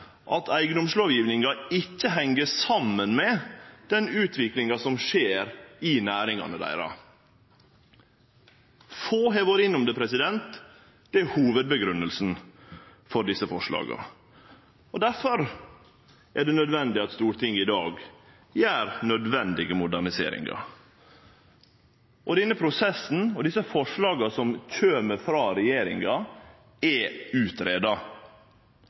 at eigedomslovgjevinga ikkje heng saman med den utviklinga som skjer i næringane deira. Få har vore innom det. Det er hovudgrunngjevinga for desse forslaga. Difor er det nødvendig at Stortinget i dag gjer nødvendige moderniseringar. Denne prosessen og desse forslaga som kjem frå regjeringa, er